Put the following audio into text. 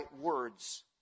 words